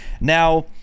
Now